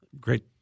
Great